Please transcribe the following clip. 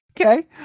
okay